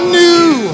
new